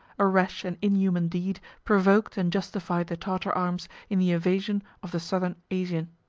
a rash and inhuman deed provoked and justified the tartar arms in the invasion of the southern asia.